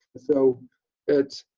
so it's